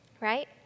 right